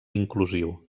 inclusiu